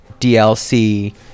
dlc